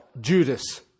Judas